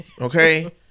okay